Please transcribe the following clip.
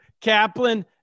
Kaplan